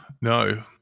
No